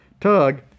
tug